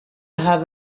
have